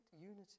unity